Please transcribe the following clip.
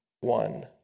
one